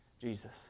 Jesus